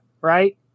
right